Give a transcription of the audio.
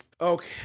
Okay